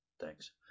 Thanks